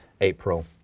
April